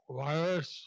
virus